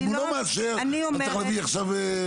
אם הוא לא מאשר, אז צריך להביא עכשיו אדריכל.